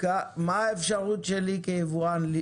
מה האפשרות שלי כיבואן?